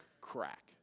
crack